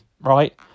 right